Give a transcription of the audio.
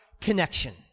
connection